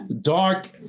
dark